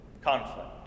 Conflict